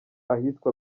ahitwa